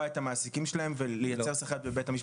את המעסיקים שלהם ולייצר שיח בבית המשפט,